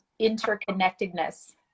interconnectedness